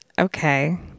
Okay